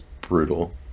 brutal